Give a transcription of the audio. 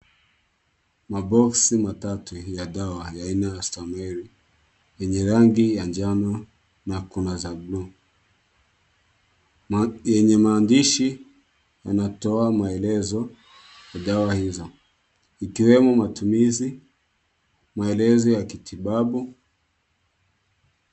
Maboksi matatu ya dawa ya aina ya Stamil yenye rangi ya njano na kuna za bluu. Yenye maandishi yanatoa maelezo ya dawa hiyo. Ikiwemo matumizi, maelezo ya kitibabu.